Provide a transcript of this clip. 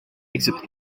exit